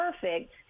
perfect